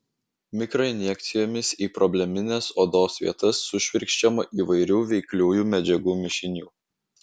mikroinjekcijomis į problemines odos vietas sušvirkščiama įvairių veikliųjų medžiagų mišinių